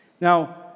Now